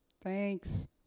thanks